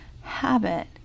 habit